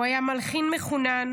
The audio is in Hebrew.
הוא היה מלחין מחונן,